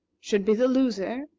should be the loser,